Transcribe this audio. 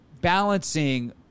balancing